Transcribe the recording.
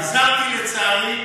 החזרתי, לצערי,